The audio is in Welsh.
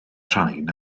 rhain